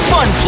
Fun